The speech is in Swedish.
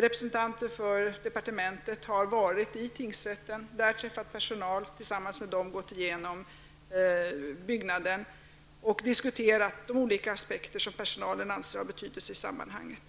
Representanter för departementet har varit i tingsrätten och där tillsammans med personalen gått igenom byggnaden och diskuterat de olika aspekter som personalen anser ha betydelse i sammanhanget.